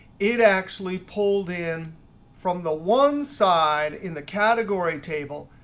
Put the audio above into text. it actually pulled in from the one side in the category table,